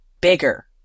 bigger